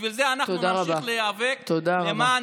בשביל זה אנחנו נמשיך להיאבק למען